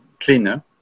cleaner